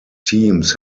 teams